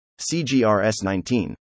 CGRS19